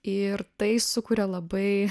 ir tai sukuria labai